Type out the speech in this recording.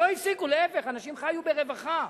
לא הפסיקו, להיפך, אנשים חיו ברווחה,